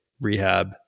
rehab